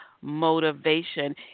motivation